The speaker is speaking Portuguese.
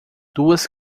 duas